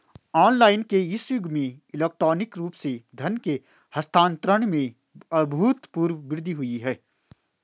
online के इस युग में इलेक्ट्रॉनिक रूप से धन के हस्तांतरण में अभूतपूर्व वृद्धि हुई है